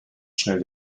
schnell